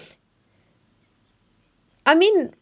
I mean